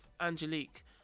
Angelique